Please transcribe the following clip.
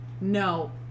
No